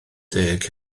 deg